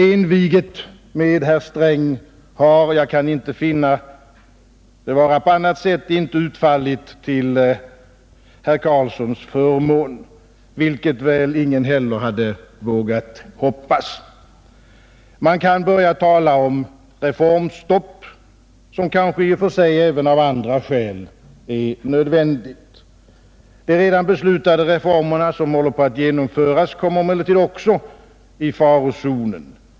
Enviget med herr Sträng har — jag kan inte finna annat — inte utfallit till herr Carlssons förmån, vilket väl ingen heller hade vågat hoppas. Man kan börja tala om ett reformstopp, som kanske i och för sig även av andra skäl är nödvändigt. De redan beslutade reformer som håller på att genomföras hamnar emellertid också i farozonen.